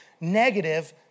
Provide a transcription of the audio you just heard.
negative